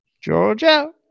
Georgia